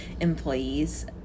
employees